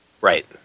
Right